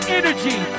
energy